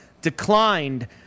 declined